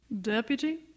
Deputy